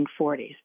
1940s